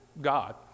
god